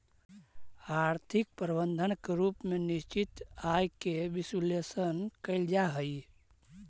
आर्थिक प्रबंधन के रूप में निश्चित आय के विश्लेषण कईल जा हई